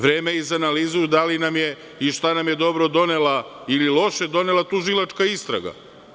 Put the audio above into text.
Vreme je i za analizu da li nam je, šta nam je dobro donela ili loše donela tužilačka istraga?